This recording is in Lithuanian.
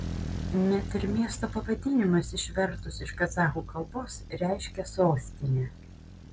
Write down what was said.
net ir miesto pavadinimas išvertus iš kazachų kalbos reiškia sostinę